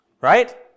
Right